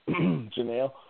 Janelle